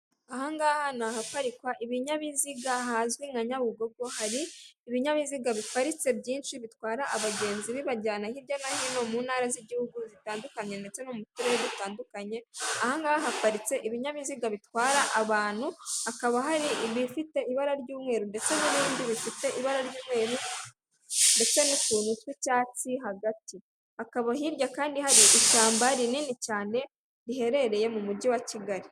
Aha ngaha hari ameza yicayeho abantu bane harimo umugore umwe ndetse n'abagabo batatu, bicaye ku ntebe nziza cyane bose imbere yabo hari indangururamajwi kugirango ngo babashe kumvikana, hakaba hari kandi n'uducupa tw'amazi atunganywa n'uruganda ruzwi cyane mu Rwanda mu gutunganya ibyo kunywa rw'inyange